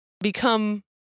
become